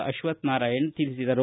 ಅಶ್ವತ್ವನಾರಾಯಣ ಹೇಳಿದರು